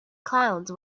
clowns